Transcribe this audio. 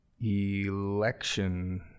election